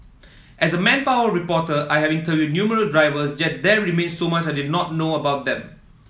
as manpower reporter I have interviewed numerous drivers yet there remained so much I did not know about them